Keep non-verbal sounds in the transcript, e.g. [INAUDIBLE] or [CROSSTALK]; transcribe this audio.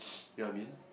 [NOISE] you know what I mean